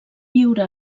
viure